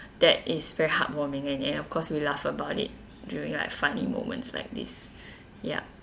that is very heartwarming and and of course we laugh about it during like funny moments like this ya